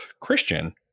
Christian –